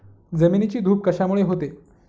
जमिनीची धूप कशामुळे होते?